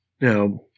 Now